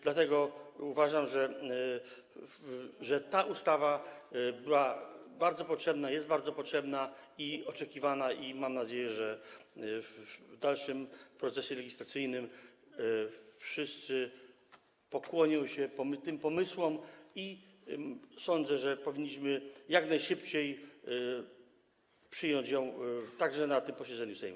Dlatego uważam, że ta ustawa była bardzo potrzebna, jest bardzo potrzebna i oczekiwana, mam nadzieję, że w dalszym procesie legislacyjnym wszyscy pokłonią się tym pomysłom, i sądzę, że powinniśmy jak najszybciej przyjąć ją także na tym posiedzeniu Sejmu.